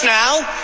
now